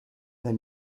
they